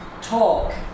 talk